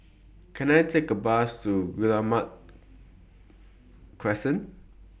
Can I Take A Bus to Guillemard Crescent